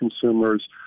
consumers